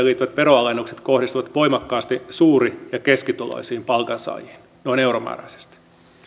liittyvät veronalennukset kohdistuvat voimakkaasti suuri ja keskituloisiin palkansaajiin noin euromääräisesti